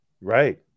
right